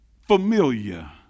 familiar